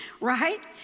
right